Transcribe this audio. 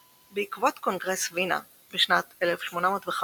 בעקבות קונגרס וינה בשנת 1815,